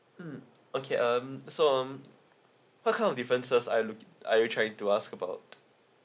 mm okay um so um what kind of differences are you look are you trying to ask about